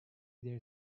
their